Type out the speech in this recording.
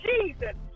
Jesus